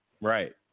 Right